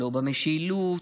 לא במשילות,